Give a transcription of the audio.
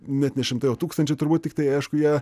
net ne šimtai o tūkstančiai turbūt tiktai aišku jie